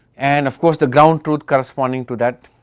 and of course the ground truth corresponding to that,